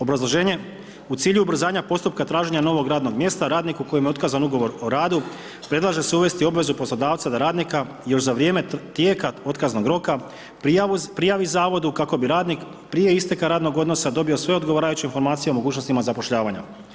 Obrazloženje: U cilju ubrzanja postupka traženja novog radnog mjesta radniku kojem je otkazan ugovor o radu predlaže se uvesti obvezu poslodavca da radnika još za vrijeme tijeka otkaznog roka prijavi Zavodu kako bi radnik prije isteka radnog odnosa dobio sve odgovarajuće informacije o mogućnostima zapošljavanja.